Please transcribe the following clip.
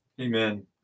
Amen